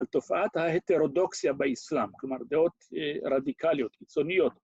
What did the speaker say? ‫על תופעת האתרודוקסיה באסלאם, ‫כלומר, דעות רדיקליות, קיצוניות.